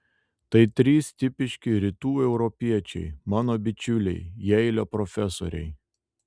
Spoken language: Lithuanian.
tai trys tipiški rytų europiečiai mano bičiuliai jeilio profesoriai